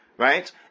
Right